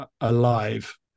alive